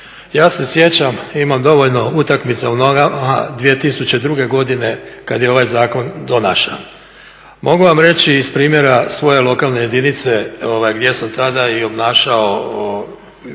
Ja se sjećam, imam dovoljno utakmica u nogama, 2002. godine kad je ovaj zakon donašan. Mogu vam reći iz primjera svoje lokalne jedinice gdje sam tada i obnašao